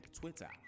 Twitter